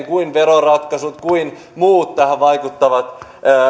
kuin veroratkaisut kuin muut tähän vaikuttavat